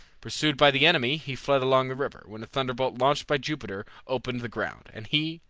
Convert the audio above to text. pursued by the enemy, he fled along the river, when a thunderbolt launched by jupiter opened the ground, and he,